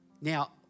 Now